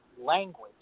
language